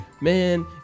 man